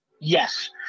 yes